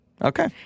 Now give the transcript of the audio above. Okay